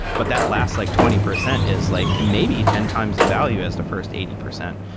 but that last like twenty percent is like maybe ten times the value as the first eighty percent.